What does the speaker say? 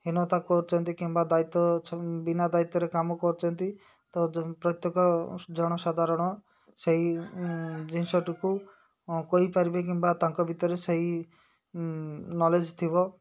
ହିନତା କରୁଛନ୍ତି କିମ୍ବା ଦାୟିତ୍ୱ ବିନା ଦାୟିତ୍ୱରେ କାମ କରୁଛନ୍ତି ତ ପ୍ରତ୍ୟେକ ଜନସାଧାରଣ ସେଇ ଜିନିଷଟିକୁ କହିପାରିବେ କିମ୍ବା ତାଙ୍କ ଭିତରେ ସେଇ ନଲେଜ ଥିବ